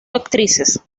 actrices